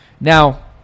Now